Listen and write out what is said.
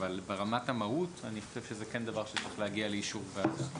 אבל ברמת המהות אני חושב שזה כן דבר שצריך להגיע לאישור ועדה.